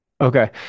Okay